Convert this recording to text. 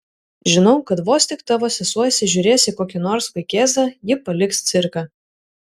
žinau kad vos tik tavo sesuo įsižiūrės į kokį nors vaikėzą ji paliks cirką